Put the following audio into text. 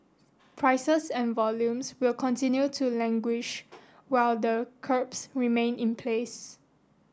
prices and volumes will continue to languish while the curbs remain in place